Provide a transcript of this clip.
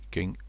King